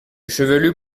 chevelu